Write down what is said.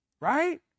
Right